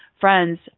Friends